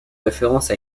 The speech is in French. référence